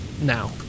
now